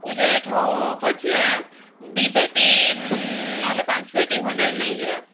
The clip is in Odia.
ରେଟ୍ ହେଉ ପଛେ ଦୁଇ ପେଟି ନହେଲେ ପାଞ୍ଚ ପେଟି ଖଣ୍ଡେ ନେଇଯିବା